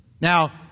Now